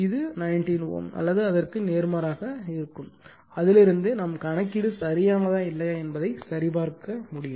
இது 19 Ω அல்லது அதற்கு நேர்மாறாக செய்யலாம் அதிலிருந்து கணக்கீடு சரியானதா இல்லையா என்பதை சரிபார்க்க முடியும்